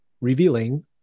revealing